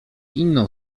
inną